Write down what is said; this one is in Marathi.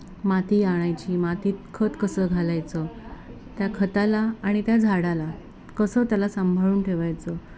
माती आणायची मातीत खत कसं घालायचं त्या खताला आणि त्या झाडाला कसं त्याला सांभाळून ठेवायचं